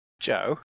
Joe